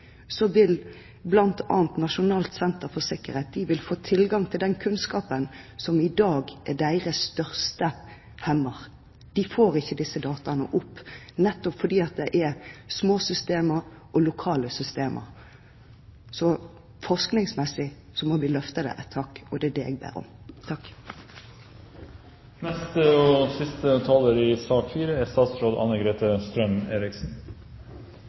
vil bl.a. Nasjonal enhet for pasientsikkerhet få tilgang til den kunnskapen som de i dag hemmes av at de ikke får. Det er deres største hemmer at de ikke får disse dataene opp, nettopp fordi det er små systemer, og lokale systemer. Forskningsmessig må vi løfte det et hakk, og det er det jeg ber om.